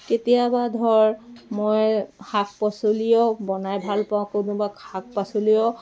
কেতিয়াবা ধৰ মই শাক পাচলিও বনাই ভাল পাওঁ কোনোবা শাক পাচলিও